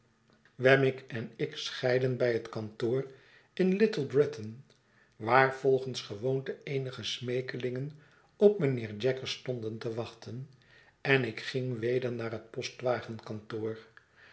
en ik scheidden bij het kantoor in little britain waar volgens gewoonte eenige smeekelingen op mijnheer jaggers stonden te wachten en ik ging weder naar het